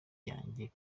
yanjye